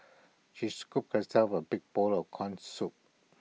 she scooped herself A big bowl of Corn Soup